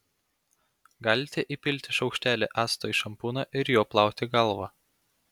galite įpilti šaukštelį acto į šampūną ir juo plauti galvą